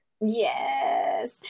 Yes